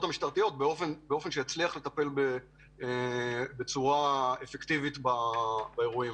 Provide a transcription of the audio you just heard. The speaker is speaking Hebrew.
המשטרתיות באופן שיצליח לטפל בצורה אפקטיבית באירועים